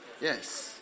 Yes